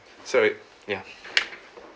so it ya